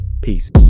Peace